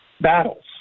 battles